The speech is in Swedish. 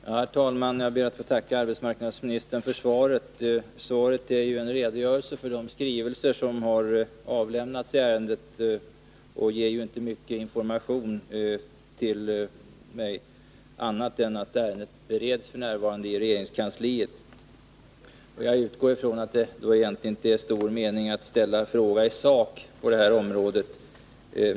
Herr talman! Jag ber att få tacka arbetsmarknadsministern för svaret. Men svaret är ju en redogörelse för de skrivelser som har avlämnats i ärendet och ger inte mycket information till mig, annat än att ärendet f. n. bereds i regeringskansliet. Jag är därför rädd för att det inte är stor mening med att ställa en fråga i sak på det här området.